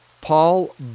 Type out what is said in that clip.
Paul